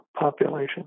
population